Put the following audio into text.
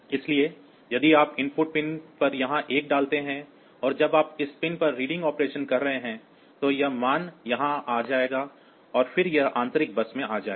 इसलिए यदि आप इनपुट पिन पर यहां 1 डालते हैं और जब आप इस पिन पर रीडिंग ऑपरेशन कर रहे हैं तो यह मान यहां आ जाएगा और फिर यह आंतरिक बस में आ जाएगा